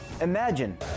Imagine